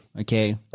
Okay